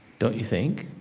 don't you think?